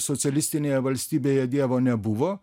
socialistinėje valstybėje dievo nebuvo